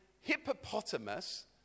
Hippopotamus